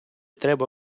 треба